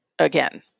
again